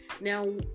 Now